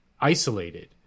isolated